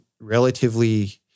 relatively